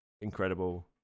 incredible